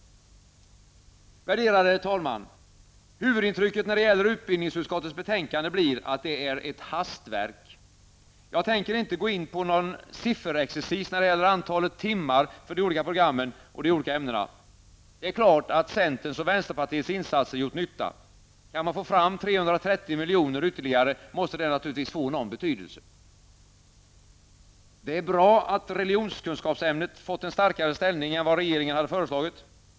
Huvudintrycket när det gäller utbildningsutskottets betänkande blir att det är ett hastverk. Jag tänker inte gå in på någon sifferexercis när det gäller antalet timmar för de olika programmen och de olika ämnena. Det är klart att centerns och vänsterpartiets insatser gjort nytta. Kan man få fram 330 milj.kr. ytterligare, måste det naturligtvis få någon betydelse. Det är bra att religionskunskapsämnet fått en starkare ställning än vad regeringen hade föreslagit.